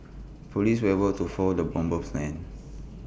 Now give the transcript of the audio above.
Police were able to foil the bomber's plans